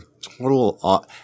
total